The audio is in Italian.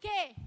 vice